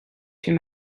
two